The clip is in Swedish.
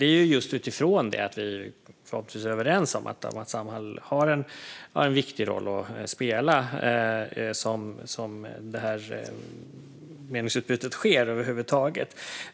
Det är just utifrån att vi förhoppningsvis är överens om att Samhall har en viktig roll att spela som det här meningsutbytet sker över huvud taget.